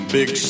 Big